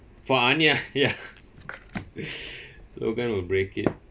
for an ya ya logan will break it